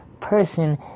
Person